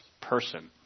person